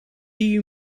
you